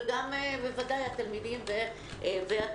וגם בוודאי את התלמידים והתלמידות.